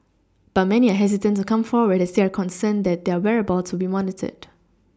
but many are hesitant to come forward as they are concerned that their whereabouts would be monitored